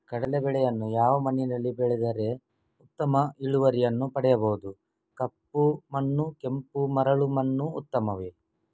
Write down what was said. ಕಡಲೇ ಬೆಳೆಯನ್ನು ಯಾವ ಮಣ್ಣಿನಲ್ಲಿ ಬೆಳೆದರೆ ಉತ್ತಮ ಇಳುವರಿಯನ್ನು ಪಡೆಯಬಹುದು? ಕಪ್ಪು ಮಣ್ಣು ಕೆಂಪು ಮರಳು ಮಣ್ಣು ಉತ್ತಮವೇ?